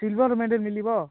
ହଁ silver medal ମିଳିବ